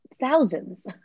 Thousands